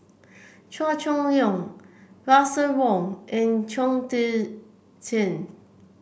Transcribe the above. Chua Chong Long Russel Wong and Chong Tze Chien